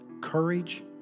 courage